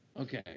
Okay